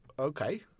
Okay